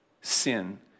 sin